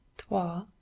trois,